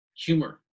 humor